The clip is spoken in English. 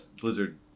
Blizzard